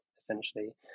essentially